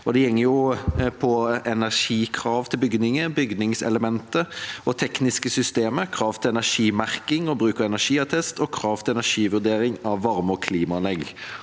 Det går på energikrav til bygninger, bygningselementer og tekniske systemer, krav til energimerking og bruk av energiattest og krav til energivurdering av varme- og klimaanlegg.